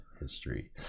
history